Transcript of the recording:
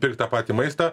pirkt tą patį maistą